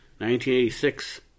1986